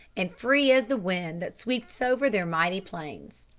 and free as the wind that sweeps over their mighty plains.